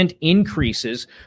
increases